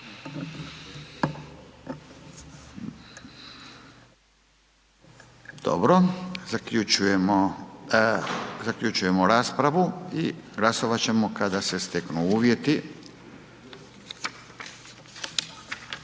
da zaključujem raspravu i glasovat ćemo kad se steknu uvjeti,